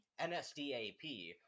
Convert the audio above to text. NSDAP